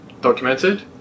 documented